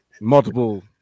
multiple